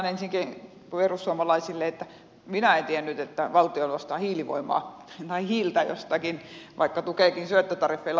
ihan ensinnäkin perussuomalaisille että minä en tiennyt että valtio ostaa hiiltä jostakin vaikka tukeekin syöttötariffeilla tuulivoimaa